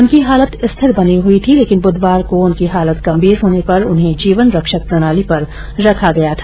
उनकी हालत स्थिर बनी हई थी लेकिन ब्धवार को उनकी हालत गंभीर होने पर उन्हें जीवन रक्षक प्रणाली पर रखा गया था